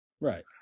Right